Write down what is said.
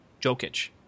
Jokic